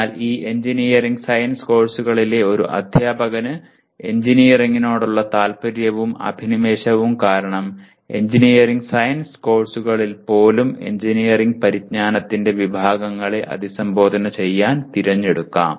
എന്നാൽ ഈ engineering science കോഴ്സുകളിലെ ഒരു അദ്ധ്യാപകന് എഞ്ചിനീയറിംഗിനോടുള്ള താൽപ്പര്യവും അഭിനിവേശവും കാരണം എഞ്ചിനീയറിംഗ് സയൻസ് കോഴ്സുകളിൽ പോലും എഞ്ചിനീയറിംഗ് പരിജ്ഞാനത്തിന്റെ ചില വിഭാഗങ്ങളെ അഭിസംബോധന ചെയ്യാൻ തിരഞ്ഞെടുക്കാം